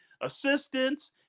assistance